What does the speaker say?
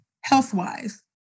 health-wise